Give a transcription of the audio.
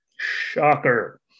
shocker